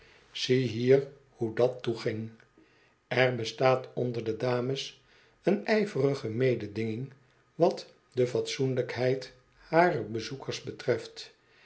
ziehier hoe dat toeging kr bestaat onder de dames een ijverige mededinging wat de fatsoenlijkheid harer bezoekers betreft